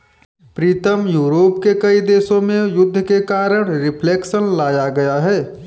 प्रीतम Europe के कई देशों में युद्ध के कारण रिफ्लेक्शन लाया गया है